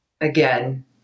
again